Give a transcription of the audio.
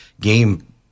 game